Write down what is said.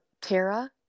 Tara